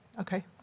Okay